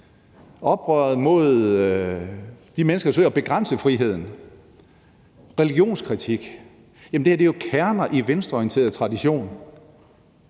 oprøret imod de mennesker, der forsøger at begrænse friheden, retten til religionskritik. Det her er jo kernen i venstreorienteret tradition.